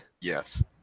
yes